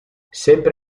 sempre